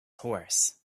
horse